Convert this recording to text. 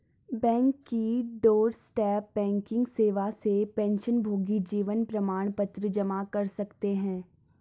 bank की doorstep banking सेवा से पेंशनभोगी जीवन प्रमाण पत्र जमा कर सकते हैं